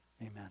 amen